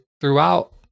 throughout